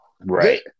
Right